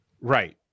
Right